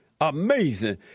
Amazing